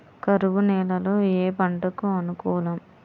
కరువు నేలలో ఏ పంటకు అనుకూలం?